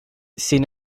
sin